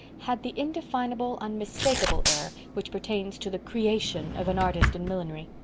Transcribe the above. had the indefinable, unmistakable air which pertains to the creation of an artist in millinery.